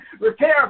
Repair